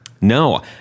no